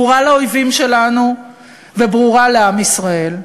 ברורה לאויבים שלנו וברורה לעם ישראל.